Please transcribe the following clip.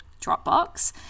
Dropbox